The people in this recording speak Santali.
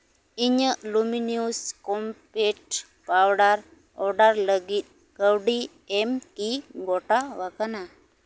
ᱤᱧᱟᱹᱜ ᱞᱚᱢᱤᱱᱤᱭᱩᱥ ᱠᱚᱢᱯᱮᱠᱴ ᱯᱟᱣᱰᱟᱨ ᱚᱰᱟᱨ ᱞᱟᱹᱜᱤᱫ ᱠᱟᱹᱣᱰᱤ ᱮᱢ ᱠᱤ ᱜᱚᱴᱟᱣᱟᱠᱟᱱᱟ